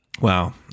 Wow